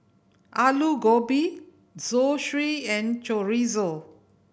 Alu Gobi Zosui and Chorizo